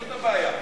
זאת הבעיה.